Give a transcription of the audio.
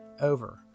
over